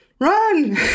run